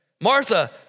Martha